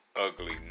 ugly